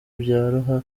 byoroha